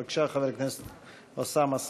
בבקשה, חבר הכנסת אוסאמה סעדי.